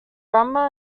grandma